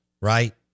right